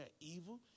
evil